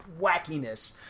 wackiness